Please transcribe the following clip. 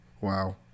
Wow